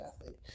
athlete